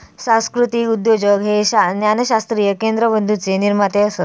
सांस्कृतीक उद्योजक हे ज्ञानशास्त्रीय केंद्रबिंदूचे निर्माते असत